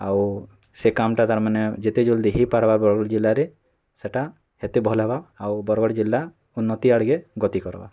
ଆଉ ସେଇ କାମ୍ଟା ତା'ର୍ ମାନେ ଯେତେ ଜଲ୍ଦି ହେଇ ପାର୍ବା ବରଗଡ଼ ଜିଲ୍ଲାରେ ସେଟା ହେତେ ଭଲ୍ ହେବା ଆଉ ବରଗଡ଼ ଜିଲ୍ଲା ଉନ୍ନତ୍ତି ଆଡ଼କେ ଗତି କର୍ବା